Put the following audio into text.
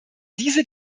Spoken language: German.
diese